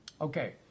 Okay